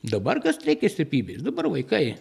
darbar kas treikia stiprybės dabar vaikai